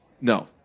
No